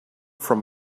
from